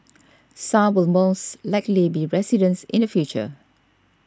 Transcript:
some were most likely be residents in the future